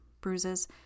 bruises